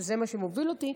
וזה מה שמוביל אותי,